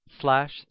slash